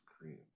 cream